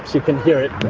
you can hear it.